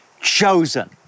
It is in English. chosen